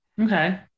Okay